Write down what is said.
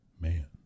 man